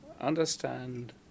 understand